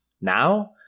Now